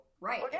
Right